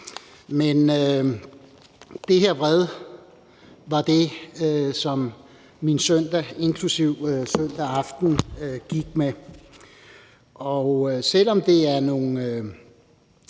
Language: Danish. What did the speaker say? men det her vred var det, som min søndag, inklusive søndag aften, gik med. Og selv om det er nogle forholdsmæssig